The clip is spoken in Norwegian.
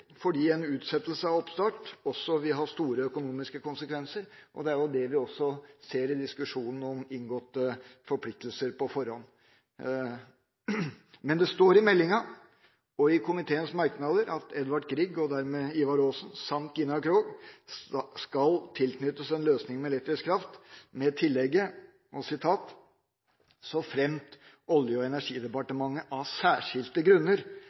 fordi en utsettelse av oppstart også vil ha store økonomiske konsekvenser. Det er det vi også ser i diskusjonen om inngåtte forpliktelser på forhånd. Men det står i meldingen og i komiteens merknader at Edvard Grieg og dermed Ivar Aasen samt Gina Krog skal tilknyttes en løsning med elektrisk kraft, med tillegget